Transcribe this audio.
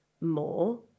more